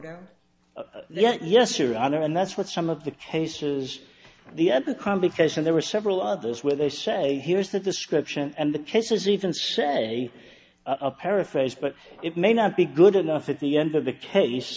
be yes or other and that's what some of the cases the other complication there were several others where they say here's the description and the cases even say a paraphrase but it may not be good enough at the end of the case